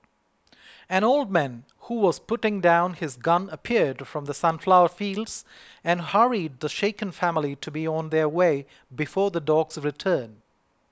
an old man who was putting down his gun appeared from the sunflower fields and hurried the shaken family to be on their way before the dogs return